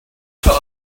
tub